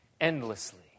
endlessly